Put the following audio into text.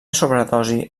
sobredosi